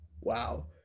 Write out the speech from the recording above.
Wow